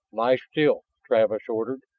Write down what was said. lie still! travis ordered.